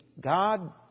God